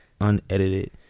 unedited